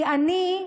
כי אני,